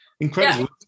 incredible